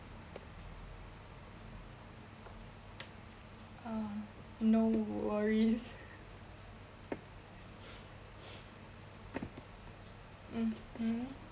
uh no worries mmhmm